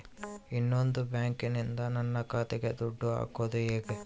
ಇನ್ನೊಂದು ಬ್ಯಾಂಕಿನಿಂದ ನನ್ನ ಖಾತೆಗೆ ದುಡ್ಡು ಹಾಕೋದು ಹೇಗೆ?